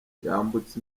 yambutse